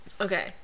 okay